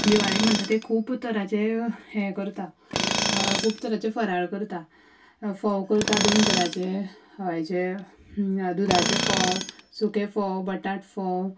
दिवाळेक म्हणटा ते खूब तरांचे हें करता खूब तरांचे फराळ करता फोव करता दोन तरांचे हय जे दुदाचे फोव सुके फोव बटाट फोव